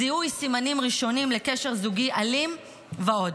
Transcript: זיהוי סימנים ראשונים לקשר זוגי אלים ועוד.